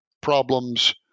problems